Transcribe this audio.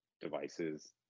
devices